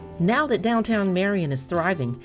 now that downtown marion is thriving,